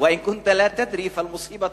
וַאִן כֻּנְתַ לַא תַּדְרִי פַאְלְמֻצִיבַּה